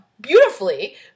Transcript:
beautifully